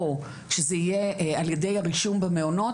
או שזה יהיה על ידי הרישום במעונות,